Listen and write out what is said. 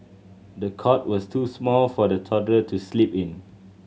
the cot was too small for the toddler to sleep in